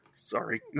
Sorry